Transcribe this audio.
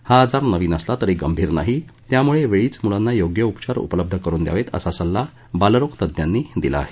हा आजार नवीन असला तरी गंभीर नाही त्यामुळे वेळीच मुलांना योग्य उपचार उपलब्ध करून द्यावेत असा सल्ला बालरोग तज्ञांनी दिला आहे